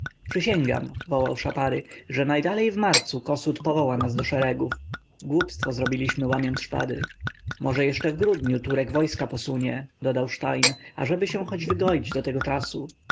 przysięgam wołał szapary że najdalej w marcu kossuth powoła nas do szeregów głupstwo zrobiliśmy łamiąc szpady może jeszcze w grudniu turek wojska posunie dodał stein ażeby się choć wygoić do tego czasu